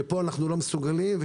שכאן אנחנו לא מסוגלים.